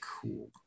Cool